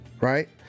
right